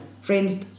friends